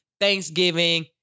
Thanksgiving